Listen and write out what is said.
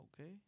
okay